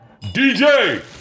DJ